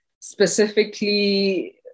specifically